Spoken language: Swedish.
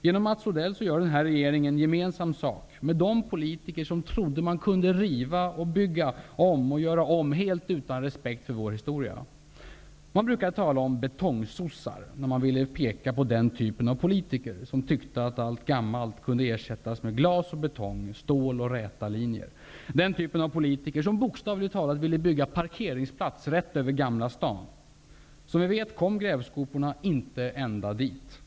Genom Mats Odell gör den här regeringen gemensam sak med de politiker som trodde att man kunde riva och bygga om helt utan respekt för vår historia. Man brukade tala om betongsossar när man ville peka på den typ av politiker som tyckte att allt gammalt kunde ersättas med glas och betong, stål och räta linjer, den typ av politiker som bokstavligt talat ville bygga parkeringsplats tvärs över Gamla stan. Som vi vet kom grävskoporna inte ända dit.